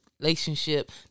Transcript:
relationship